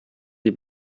die